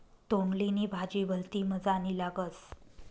तोंडली नी भाजी भलती मजानी लागस